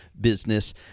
business